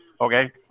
okay